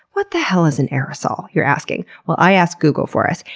what the hell is an aerosol? you're asking? well, i asked google for us,